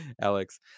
alex